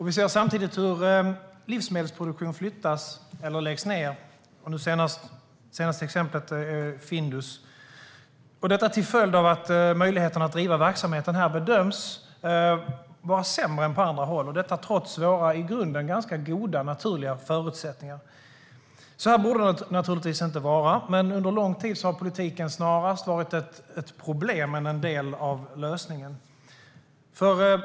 Vi ser samtidigt hur livsmedelsproduktion flyttas eller läggs ned - det senaste exemplet är Findus - till följd av att möjligheterna att bedriva verksamheten här bedöms vara sämre än på andra håll, trots våra i grunden ganska goda naturliga förutsättningar. Så här borde det naturligtvis inte vara. Men under lång tid har politiken snarare varit ett problem än en del av lösningen.